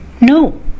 no